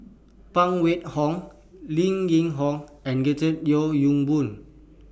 Phan Wait Hong Lim Yew Hock and George Yeo Yong Boon